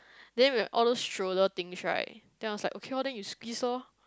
then with all those stroller things right then I was like okay lor then you squeeze lor